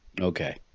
Okay